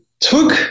took